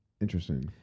Interesting